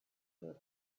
for